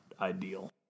ideal